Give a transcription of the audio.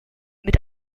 mit